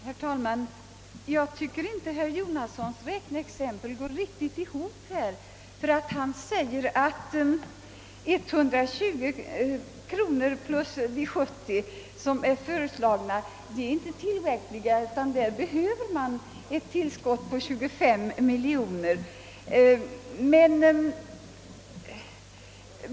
Herr talman! Jag tycker inte att herr Jonassons sätt att räkna är alldeles riktigt, ty han säger att de 120 kronor resp. 70 kronor som föreslagits inte är tillräckligt, utan att det behövs ett tillskott på 25 miljoner kronor.